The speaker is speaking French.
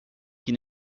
qui